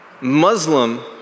Muslim